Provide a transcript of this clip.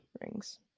rings